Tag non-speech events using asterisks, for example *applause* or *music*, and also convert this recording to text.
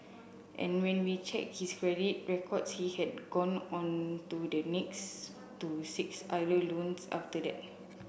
and when we checked his *unintelligible* records he had gone on to the next to six other loans after that